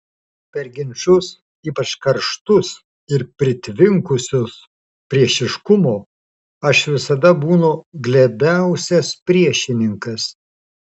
per ginčus ypač karštus ir pritvinkusius priešiškumo aš visada būnu glebiausias priešininkas